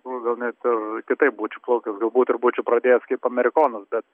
tikrųjų gal net ir kitaip būčiau plaukęs galbūt ir būčiau pradėjęs kaip amerikonas bet